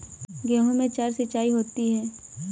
गेहूं में चार सिचाई होती हैं